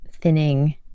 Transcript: thinning